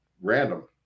random